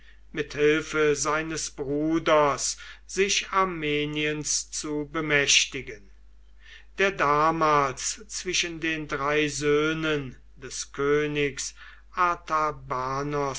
mit hilfe seines bruders sich armeniens zu bemächtigen der damals zwischen den drei söhnen des königs